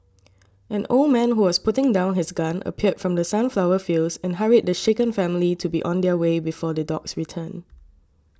an old man who was putting down his gun appeared from the sunflower fields and hurried the shaken family to be on their way before the dogs return